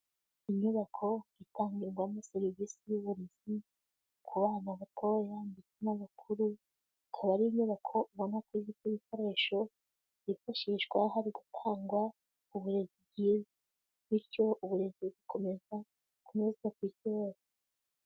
Inyubako itangirwamo serivisi y'uburezi ku bana batoya n'abukuru. ikaba ari inyubako ubona ko ifite ibikoresho byifashishwa hari gutanga uburezi bwiza. Bityo uburezi bugakomeza kunozwa ku isi hose.